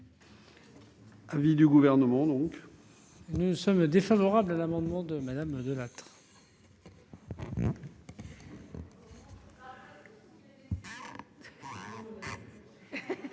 l'avis du Gouvernement ? Nous sommes défavorables à l'amendement de Mme Delattre.